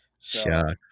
Shucks